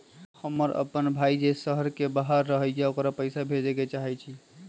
हमर अपन भाई जे शहर के बाहर रहई अ ओकरा पइसा भेजे के चाहई छी